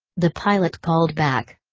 the pilot called back.